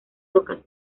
rocas